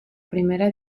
primera